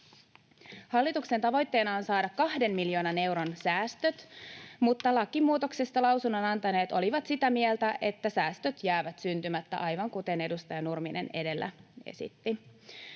Hallituksen tavoitteena on saada kahden miljoonan euron säästöt, mutta lakimuutoksesta lausunnon antaneet olivat sitä mieltä, että säästöt jäävät syntymättä, aivan kuten edustaja Nurminen edellä esitti.